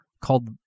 called